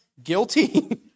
guilty